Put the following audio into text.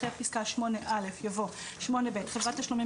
אחרי פסקה (8א) יבוא: "(8ב) חברת תשלומים